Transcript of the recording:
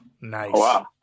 nice